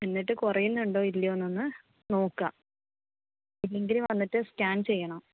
എന്നിട്ട് കുറയുന്നുണ്ടോ ഇല്ലയോന്നൊന്ന് നോക്കുക ഇല്ലെങ്കില് വന്നിട്ട് സ്കാൻ ചെയ്യണം